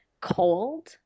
cold